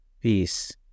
peace